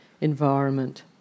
environment